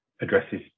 addresses